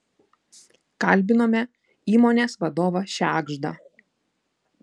kalbinome įmonės vadovą šegždą